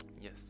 yes